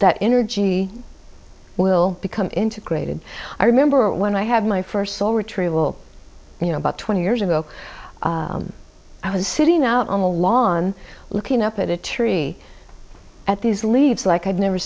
that energy will become integrated i remember when i have my first solo retrieval you know about twenty years ago i was sitting out on the lawn looking up at a tree at these leaves like i'd never